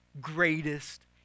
greatest